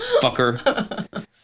Fucker